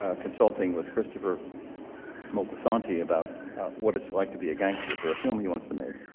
ah consulting with christopher moltisanti about what it's like to be a gangster for a film he wants to make,